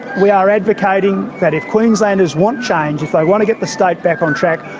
we are advocating that if queenslanders want change, if they want to get the state back on track,